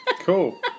Cool